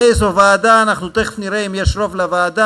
איזו ועדה, אנחנו תכף נראה אם יש רוב לוועדה.